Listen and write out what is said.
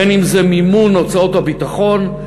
בין שזה מימון הוצאות הביטחון,